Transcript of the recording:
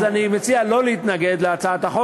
אז אני מציע לא להתנגד להצעת החוק.